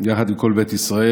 יחד עם כל בית ישראל.